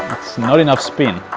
not enough spin